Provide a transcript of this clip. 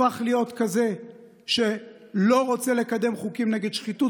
הפך להיות כזה שלא רוצה לקדם חוקים נגד שחיתות.